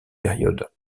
période